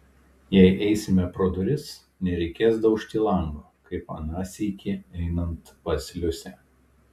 jei eisime pro duris nereikės daužti lango kaip aną sykį einant pas liusę